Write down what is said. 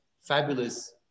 fabulous